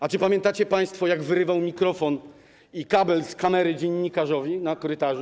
A czy pamiętacie państwo, jak wyrywał mikrofon i kabel z kamery dziennikarzowi na korytarzu?